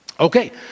Okay